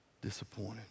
disappointed